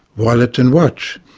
wallet and watch.